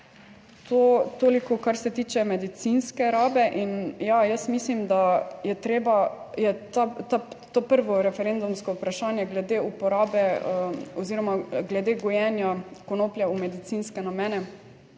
To toliko, kar se tiče medicinske rabe. In ja, jaz mislim, da je treba je to prvo referendumsko vprašanje glede uporabe oziroma glede gojenja konoplje v medicinske namene